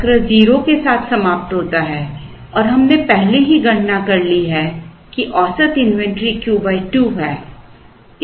चक्र 0 के साथ समाप्त होता है और हमने पहले ही गणना कर ली है कि औसत इन्वेंट्री Q 2 है